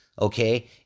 okay